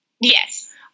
yes